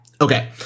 Okay